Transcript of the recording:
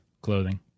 clothing